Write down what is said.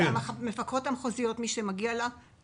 מפקחות מחוזיות שזה מגיע להן קיבלו את זה.